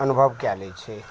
अनुभब कऽ लै छै